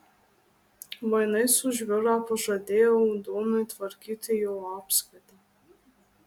mainais už biurą pažadėjau donui tvarkyti jo apskaitą